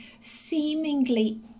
seemingly